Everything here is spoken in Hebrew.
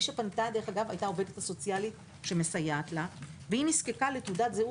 העובדת הסוציאלית שמסייעת לה היא זו שפנתה.